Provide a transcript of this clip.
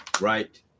right